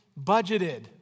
budgeted